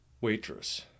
waitress